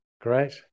Great